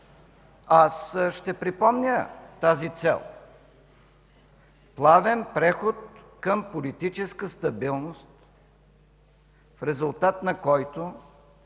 Аз ще припомня тази цел – плавен преход към политическа стабилност, в резултат на който